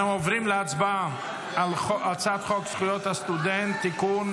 אנחנו עוברים להצבעה על הצעת חוק זכויות הסטודנט (תיקון,